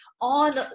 on